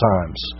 Times